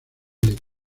equipo